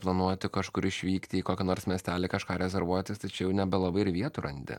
planuoti kažkur išvykti į kokį nors miestelį kažką rezervuotis tai čia jau nebelabai ir vietų randi